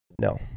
No